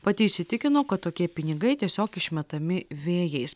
pati įsitikino kad tokie pinigai tiesiog išmetami vėjais